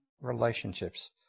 relationships